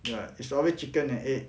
ya it's always chicken and egg